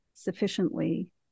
Sufficiently